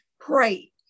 Pray